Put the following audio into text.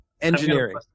Engineering